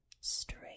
Straight